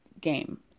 game